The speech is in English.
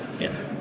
Yes